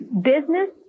business